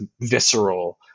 visceral